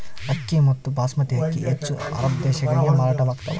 ಅಕ್ಕಿ ಮತ್ತು ಬಾಸ್ಮತಿ ಅಕ್ಕಿ ಹೆಚ್ಚು ಅರಬ್ ದೇಶಗಳಿಗೆ ಮಾರಾಟವಾಗ್ತಾವ